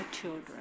children